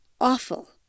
awful